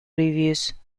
reviews